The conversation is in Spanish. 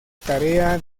tarea